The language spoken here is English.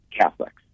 Catholics